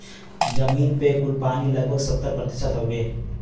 जमीन पे कुल पानी लगभग सत्तर प्रतिशत हउवे